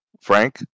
Frank